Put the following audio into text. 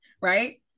right